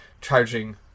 charging